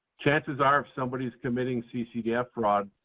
chances are if somebody's committing ccdf fraud,